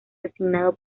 designado